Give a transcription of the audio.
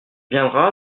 viendra